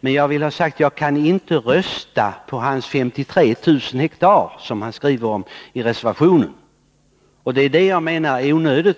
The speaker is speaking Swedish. därvidlag. Men jag kan inte rösta för en areal om 53 000 hektar, som han vill ha och som moderaterna yrkar på i reservation 1.